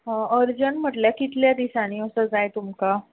urgent म्हटल्यार कितले दिसांनी असो जाय तुमका